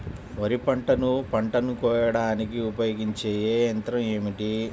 వరిపంటను పంటను కోయడానికి ఉపయోగించే ఏ యంత్రం ఏమిటి?